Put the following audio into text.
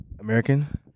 American